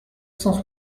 cent